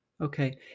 Okay